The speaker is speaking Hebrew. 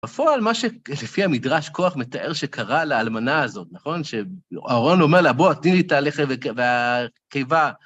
בפועל, מה שלפי המדרש כוח, מתאר שקרה לאלמנה הזאת, נכון? שאהרון אומר לה, בוא תני לי את הלחם והקיבה